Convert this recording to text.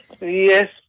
Yes